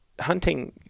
hunting